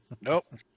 Nope